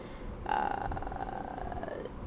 err